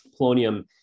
polonium